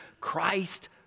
Christ